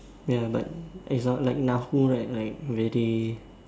ya but it's not like Nahu right like very